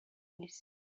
نیست